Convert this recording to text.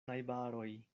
najbaroj